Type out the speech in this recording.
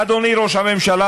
אדוני ראש הממשלה,